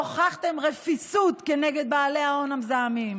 והוכחתם רפיסות כנגד בעלי ההון המזהמים.